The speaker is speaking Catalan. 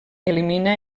elimina